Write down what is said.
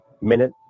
minute